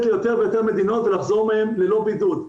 ליותר ויותר מדינות ולחזור מהן ללא בידוד.